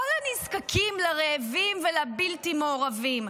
לא לנזקקים, לרעבים ולבלתי מעורבים.